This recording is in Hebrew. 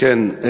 כן.